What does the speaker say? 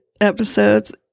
episodes